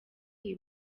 iyi